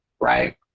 right